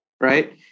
right